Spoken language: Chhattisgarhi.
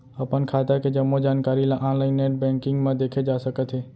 अपन खाता के जम्मो जानकारी ल ऑनलाइन नेट बैंकिंग म देखे जा सकत हे